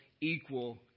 equal